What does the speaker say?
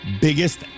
biggest